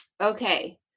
Okay